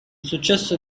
successo